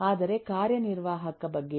ಆದರೆ ಕಾರ್ಯನಿರ್ವಾಹಕ ಬಗ್ಗೆ ಏನು